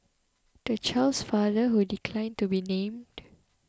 the child's father who declined to be named